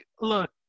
look